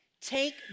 Take